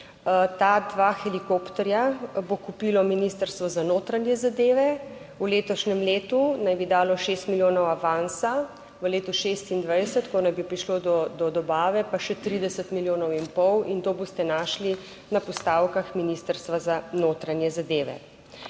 Ta dva helikopterja bo kupilo Ministrstvo za notranje zadeve. V letošnjem letu naj bi dalo šest milijonov avansa, v letu 2026, ko naj bi prišlo do dobave, pa še 30 milijonov in pol in to boste našli na postavkah Ministrstva za notranje zadeve.